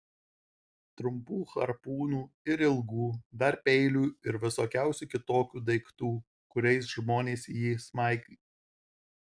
trumpų harpūnų ir ilgų dar peilių ir visokiausių kitokių daiktų kuriais žmonės jį smaigė